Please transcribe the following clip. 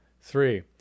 three